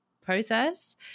process